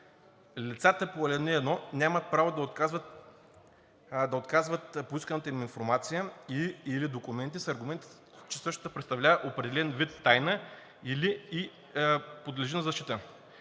Лицата по ал. 1 нямат право да отказват поисканата им информация и/или документи с аргумент, че същата представлява определен вид тайна или подлежи на защита.